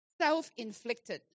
Self-inflicted